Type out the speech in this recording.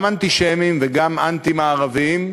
גם אנטישמיים וגם אנטי-מערביים,